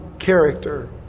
character